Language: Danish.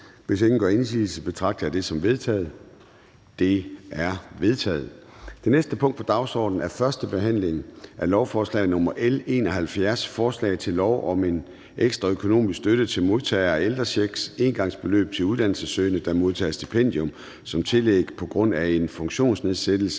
Hvis ingen gør indsigelse, betragter jeg det som vedtaget. Det er vedtaget. --- Det næste punkt på dagsordenen er: 4) 1. behandling af lovforslag nr. L 71: Forslag til lov om en ekstra økonomisk støtte til modtagere af ældrecheck, engangsbeløb til uddannelsessøgende, der modtager stipendium som tillæg på grund af en funktionsnedsættelse